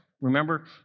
Remember